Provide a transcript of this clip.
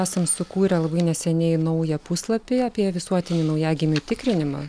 esam sukūrę labai neseniai naują puslapį apie visuotinį naujagimių tikrinimą